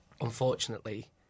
unfortunately